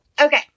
Okay